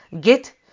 get